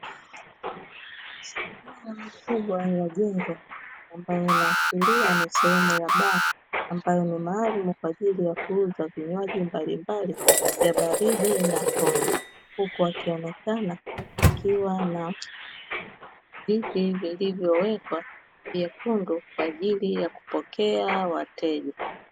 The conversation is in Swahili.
Sehemu kubwa ya jengo ambayo inaashiria ni sehemu ya baa ambayo ni maalumu kwa ajili ya kuuza vinywaji mbalimbali vya baridi na pombe, huku kukionekana kukiwa na viti vilivyowekwa vyekundu kwa ajili ya kupokea wateja.